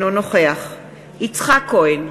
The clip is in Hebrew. אינו נוכח יצחק כהן,